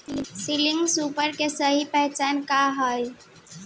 Single super के सही पहचान का हई?